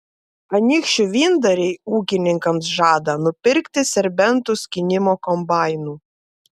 anykščių vyndariai ūkininkams žada nupirkti serbentų skynimo kombainų